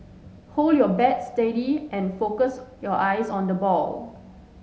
hold your bat steady and focus your eyes on the ball